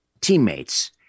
teammates